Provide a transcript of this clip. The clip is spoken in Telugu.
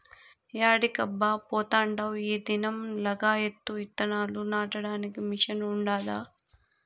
యాడికబ్బా పోతాండావ్ ఈ దినం లగాయత్తు ఇత్తనాలు నాటడానికి మిషన్ ఉండాది